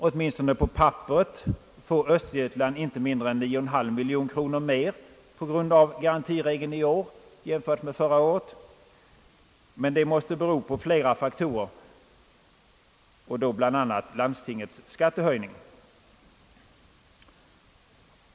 Åtminstone på papperet får Östergötland inte mindre än 9,5 miljoner kronor mer på grund av garantiregeln i år mot i fjol, vilket måste bero på flera faktorer, bl.a. landstingets skattehöjning.